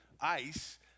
ice